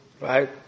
Right